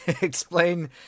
explain